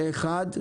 פה אחד.